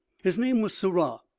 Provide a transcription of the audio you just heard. his name was sirrah,